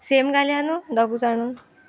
same घाल्या न्हू दोगू जाण नू